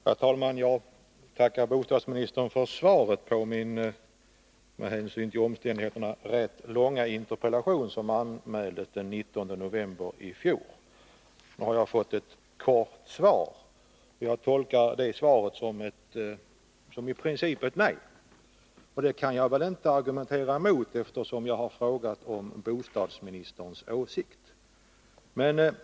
Herr talman! Jag tackar bostadsministern för svaret på min med hänsyn till omständigheterna rätt långa interpellation, som anmäldes den 19 november i fjol. Nu har jag fått ett kort svar. Jag tolkar det svaret i princip som ett nej. Det kan jag väl inte argumentera mot, eftersom jag frågat om bostadsministerns åsikt.